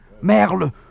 Merle